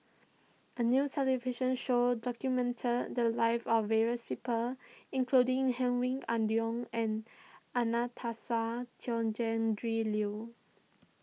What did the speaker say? a new television show documented the lives of various people including Hedwig Anuar and Anastasia Liew